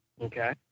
Okay